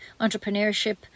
entrepreneurship